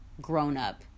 grown-up